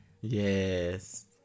yes